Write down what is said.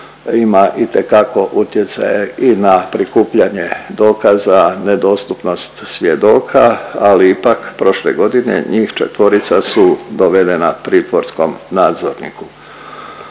ima itekako utjecaja i na prikupljanje dokaza, nedostupnost svjedoka, ali ipak prošle godine njih 4-ica su dovedena pritvorskom nadzorniku.